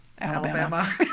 Alabama